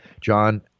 John